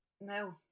No